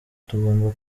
tugomba